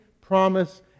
promise